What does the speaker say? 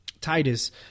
Titus